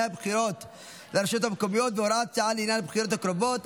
הבחירות לרשויות המקומיות והוראות שעה לעניין הבחירות הקרובות,